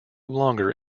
longer